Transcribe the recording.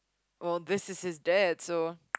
well this is his dad so